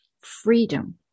freedom